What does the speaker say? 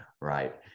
right